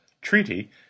treaty